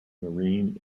marine